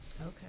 Okay